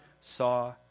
saw